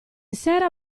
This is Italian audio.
sera